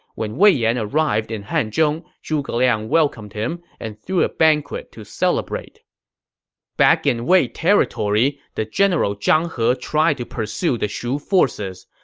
when wei yan arrived in hanzhong, zhuge liang welcomed him and threw a banquet to celebrate back in wei territory, the general zhang he tried to pursue the shu forces,